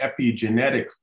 epigenetic